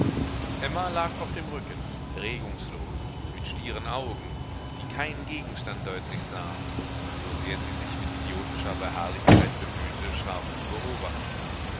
emma lag auf dem rücken regungslos mit stieren augen die keinen gegenstand deutlich sahen so sehr sie sich mit idiotischer beharrlichkeit bemühte scharf zu beobachten